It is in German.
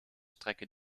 strecke